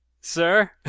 Sir